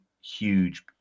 huge